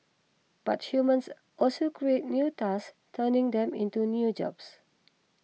but humans also create new tasks turning them into new jobs